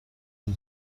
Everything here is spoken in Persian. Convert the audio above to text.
این